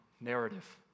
narrative